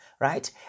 right